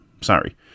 Sorry